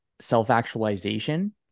self-actualization